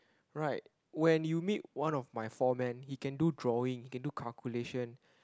right when you meet one of my foreman he can do drawing he can do calculation